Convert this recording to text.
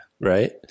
Right